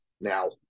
Now